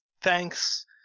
thanks